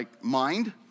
mind